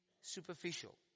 superficial